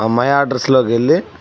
my అడ్రస్లోకెళ్ళి